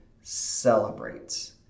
celebrates